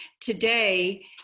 Today